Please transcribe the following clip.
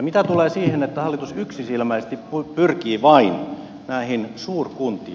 mitä tulee siihen että hallitus yksisilmäisesti pyrkii vain näihin suurkuntiin